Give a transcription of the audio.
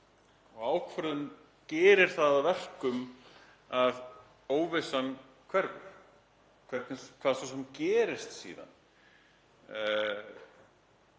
og ákvörðun gerir það að verkum að óvissan hverfur, hvað svo sem gerist síðan.